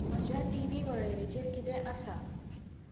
म्हज्या TV वळेरेचेर किदें आसा